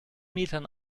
metern